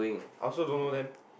I also don't know them